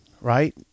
right